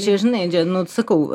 čia žinai čia nu sakau